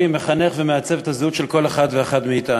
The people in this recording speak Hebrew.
מחנך ומעצב את הזהות של כל אחד ואחד מאתנו,